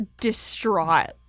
distraught